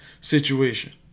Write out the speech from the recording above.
situation